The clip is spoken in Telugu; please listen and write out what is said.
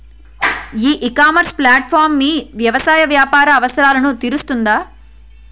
ఈ ఇకామర్స్ ప్లాట్ఫారమ్ మీ వ్యవసాయ వ్యాపార అవసరాలను తీరుస్తుందా?